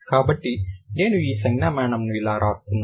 కాబట్టి నేను ఈ సంజ్ఞామానం ను ఇలా వ్రాస్తున్నాను